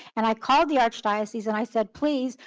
and i called the archdiocese and i said, please,